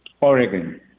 Oregon